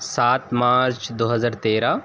سات مارچ دو ہزار تیرہ